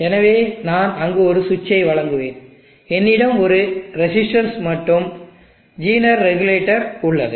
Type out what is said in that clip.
எனவே நான் அங்கு ஒரு சுவிட்சை வழங்குவேன் என்னிடம் ஒரு ரெசிஸ்டன்ஸ் மற்றும் ஜீனர் ரெகுலேட்டர் உள்ளது